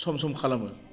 सम सम खालामो